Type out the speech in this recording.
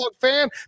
fan